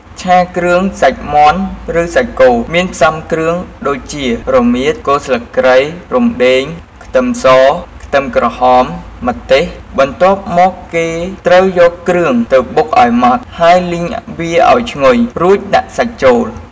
ឆាគ្រឿងសាច់មាន់ ឬសាច់គោ មានផ្សំគ្រឿងដូចជា រមៀត គល់ស្លឹកគ្រៃ រំដេង ខ្ទឹមស ខ្ទឹមក្រហម ម្ទេស បន្ទាប់មកគេត្រូវយកគ្រឿងទៅបុកឱ្យម៉ដ្ត ហើយលីងវាឱ្យឈ្ងុយ រួចដាក់សាច់ចូល។